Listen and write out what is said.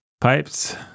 pipes